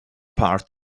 part